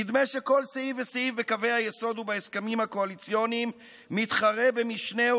נדמה שכל סעיף וסעיף בקווי היסוד ובהסכמים הקואליציוניים מתחרה במשנהו